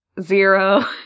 Zero